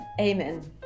Amen